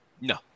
no